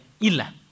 illa